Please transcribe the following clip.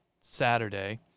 Saturday